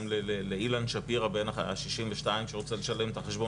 גם לאילן שפירא בן ה-62 שרוצה לשלם את החשבון